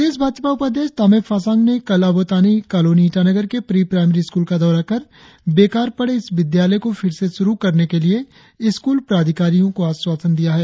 प्रदेश भाजपा उपाध्यक्ष तामे फासांग ने कल आबोतानी कॉलोनी ईटानगर के प्री प्राईमेरी स्कूल का दौरा कर बेकार पड़े इस विद्यालय को फिर से शुरु करने के लिए स्कूल प्राधिकारी को अश्वासन दिया है